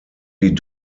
die